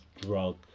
drug